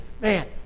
man